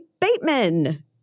Bateman